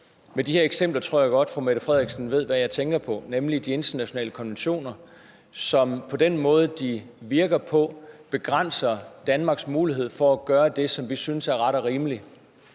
Med de her eksempler tror jeg godt fru Mette Frederiksen ved hvad jeg tænker på, nemlig de internationale konventioner, som med den måde, de virker på, begrænser Danmarks mulighed for at gøre det, som vi synes er ret og rimeligt.